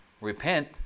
repent